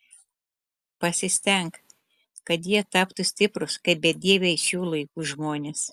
pasistenk kad jie taptų stiprūs kaip bedieviai šių laikų žmonės